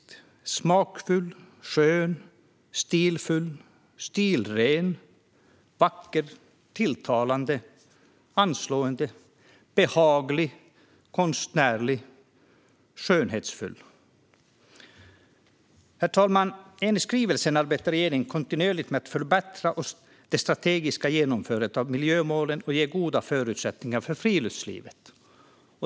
Det står så här: smakfull, skön, stilfull, stilren, vacker, tilltalande, anslående, behaglig, konstnärlig, skönhetsfull. Herr talman! Enligt skrivelsen arbetar regeringen kontinuerligt med att förbättra det strategiska genomförandet av miljömålen och ge goda förutsättningar för friluftslivet.